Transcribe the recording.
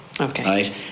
Okay